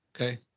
Okay